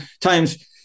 times